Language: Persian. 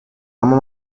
اما